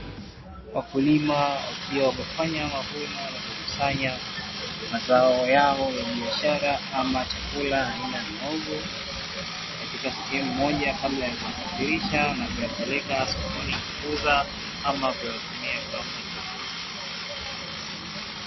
Wakulima wakiwa wamefanya mavuno, na kukusanya mazao yao ya biashara ama chakula aina ya muhogo, katika sehemu moja kabla ya kuyasafirisha na kuyapeleka sokoni kuuza, ama kuyatumia kama chakula.